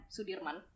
Sudirman